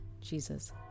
Jesus